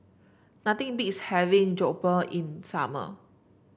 nothing beats having Jokbal in summer